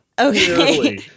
okay